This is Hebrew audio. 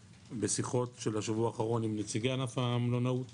שבשיחות של השבוע האחרון עם נציגי ענף המלונאות